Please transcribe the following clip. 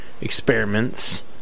experiments